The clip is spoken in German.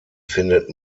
findet